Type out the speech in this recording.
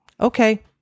Okay